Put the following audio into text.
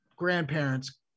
Grandparents